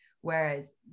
Whereas